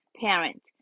parent